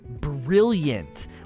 brilliant